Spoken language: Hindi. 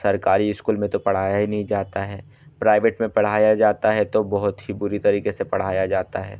सरकारी इस्कूल में तो पढ़ाया ही नहीं जाता है प्राइवेट में पढ़ाया जाता है तो बहुत ही बुरी तरीके से पढ़ाया जाता है